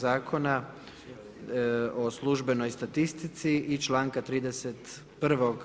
Zakona o službenoj statistici i članka 31.